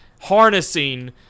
harnessing